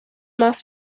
más